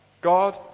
God